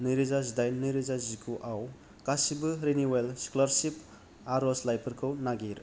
नै रोजा जिदाइन नै रोजा जिगु आव गासिबो रिनिउयेल स्क'लारसिप आरजलाइफोरखौ नागिर